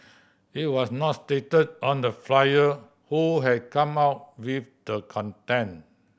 it was not stated on the flyer who had come up with the content